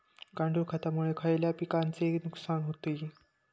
गांडूळ खतामुळे खयल्या पिकांचे नुकसान होते?